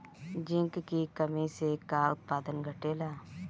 Zinc की कमी से का उत्पादन घटेला?